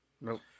Nope